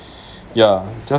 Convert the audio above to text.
ya just